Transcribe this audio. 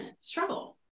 struggle